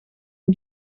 een